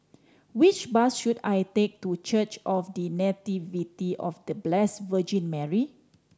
which bus should I take to Church of The Nativity of The Blessed Virgin Mary